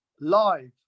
live